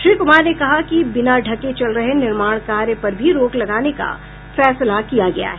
श्री कुमार ने कहा कि बिना ढके चल रहे निर्माण कार्य पर भी रोक लगाने का फैसला किया गया है